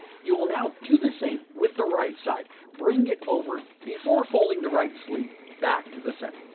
you'll now do the same with the right side bring it over before folding the right sleeve back to the center.